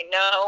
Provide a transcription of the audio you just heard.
no